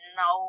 no